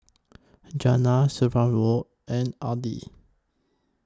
Jana Saverio and Aidyn